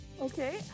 Okay